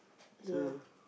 so